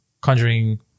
conjuring